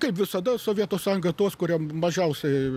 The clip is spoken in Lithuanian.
kaip visada sovietų sąjungoj tuos kurie mažiausiai